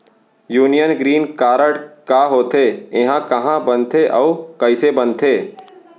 Union green card का होथे, एहा कहाँ बनथे अऊ कइसे बनथे?